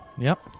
yep